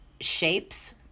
shapes